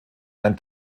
ein